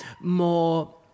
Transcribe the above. more